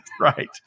Right